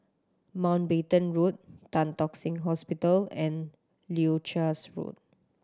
Mountbatten Road Tan Tock Seng Hospital and Leuchars Road